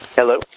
Hello